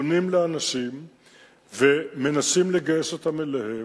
פונים לאנשים ומנסים לגייס אותם אליהם.